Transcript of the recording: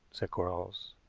said quarles.